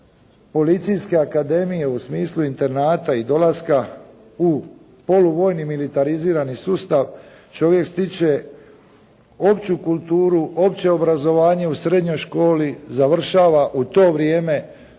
policijske akademije, u smislu internata i dolaska u poluvojni militarizirani sustav, čovjek stiče opću kulturu, opće obrazovanje u srednjoj školi, završava u to vrijeme